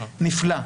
נפלא.